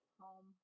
home